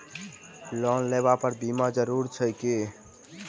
Loan लेबऽ पर बीमा जरूरी छैक की?